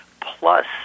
plus